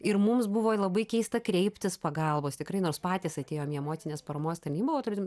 ir mums buvo labai keista kreiptis pagalbos tikrai nors patys atėjom į emocinės paramos tarnybą o turėtum